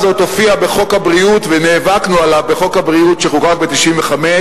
טרומית, זה בהחלט שינוי ופריצת